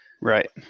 Right